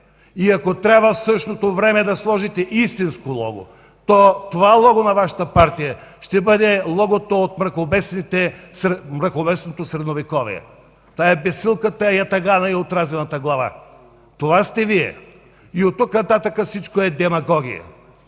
Ако трябва в същото време да сложите истинско лого, то това лого на Вашата партия ще бъде логото от мракобесното Средновековие – бесилката, ятагана и отрязаната глава. Това сте Вие! От тук нататък всичко е демагогия.